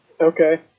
Okay